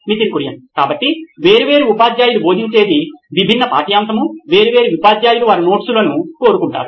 Nitin Kurian COO Knoin Electronics కాబట్టి వేర్వేరు ఉపాధ్యాయులు బోధించేది విభిన్న పాఠ్యాంశము వేర్వేరు ఉపాధ్యాయులు వారి నోట్స్ను కోరుకుంటారు